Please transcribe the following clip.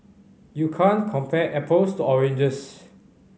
you can't compare apples to oranges